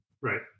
Right